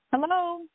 Hello